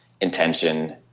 intention